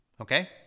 Okay